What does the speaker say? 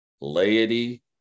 laity